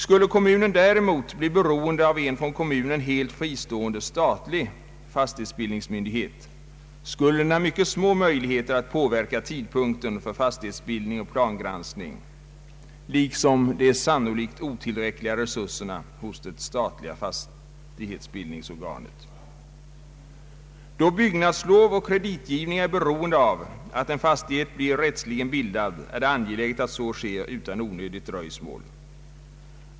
Skulle kommunen däremot bli beroende av en från kommunen helt fristående statlig fastighetsbildningsmyndighet skulle den ha mycket små möjligheter att påverka tidpunkten för fastighetsbildning och plangranskning liksom de sannolikt otillräckliga resurserna hos det statliga fastighetsbildningsorganet. Då byggnadslov och kreditgivning är beroende av att en fastighet blir rättsligen bildad är det angeläget att så sker utan onödigt dröjsmål.